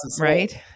right